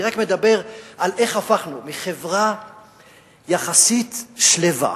אני רק מדבר איך הפכנו מחברה יחסית שלווה,